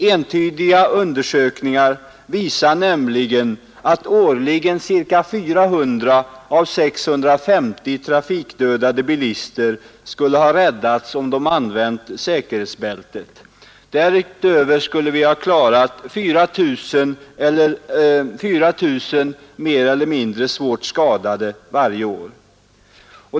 Entydiga undersökningar visar nämligen att årligen cirka 400 av 650 trafikdödade bilister skulle ha räddats om de använt säkerhetsbältet. Därutöver skulle vi ha klarat 4 000 mer eller mindre svårt skadade varje år.